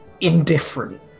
indifferent